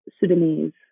Sudanese